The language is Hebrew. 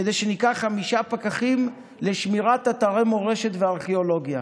כדי שניקח חמישה פקחים לשמירת אתרי מורשת וארכיאולוגיה.